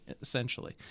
essentially